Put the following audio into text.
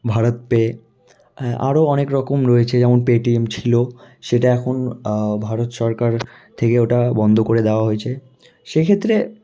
ভারতপে আরো অনেক রকম রয়েছে যেমন পেটিএম ছিলো সেটা এখন ভারত সরকার সরকার থেকে ওটা বন্ধ করে দেওয়া হয়েছে সেক্ষেত্রে